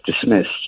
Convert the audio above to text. dismissed